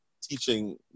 teaching